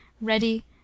ready